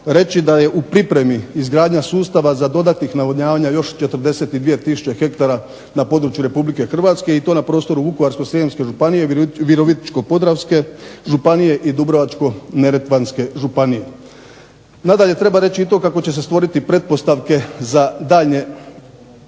reći da je u pripremi izgradnja sustava za dodatnih navodnjavanja još 42000 ha na području Republike Hrvatske i to na području Vukovarsko-srijemske županije, Virovitičko-podravske županije i Dubrovačko-neretvanske županije. Nadalje, treba reći i to kako će se stvoriti pretpostavke za daljnje